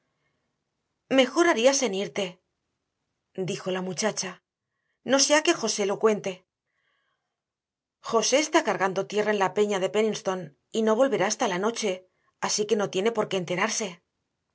harías en irte dijo la joven no sea que josé lo cuente josé está cargando tierra en la peña de penninston y no volverá hasta la noche así que no tiene por qué enterarse